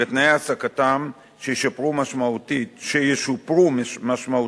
ותנאי העסקתם ישופרו משמעותית.